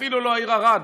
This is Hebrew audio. אפילו לא כמו העיר ערד,